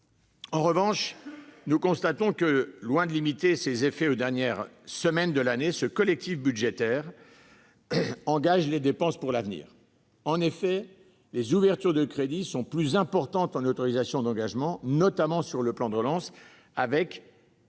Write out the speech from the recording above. En revanche, nous constatons que, loin de limiter ses effets aux dernières semaines de l'année, ce collectif budgétaire engage les dépenses pour l'avenir. En effet, les ouvertures de crédits sont plus importantes en autorisations d'engagement, notamment pour le plan de relance, avec